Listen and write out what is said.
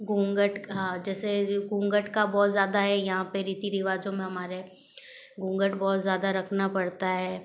घुंघट हाँ जैसे घूंघटका बहुत ज़्यादा है यहाँ पर रीति रिवाजों में हमारे घूंघट बहुत ज़्यादा रखना पड़ता है